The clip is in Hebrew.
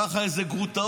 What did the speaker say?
ככה איזה גרוטאות,